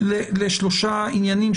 לשלושה עניינים,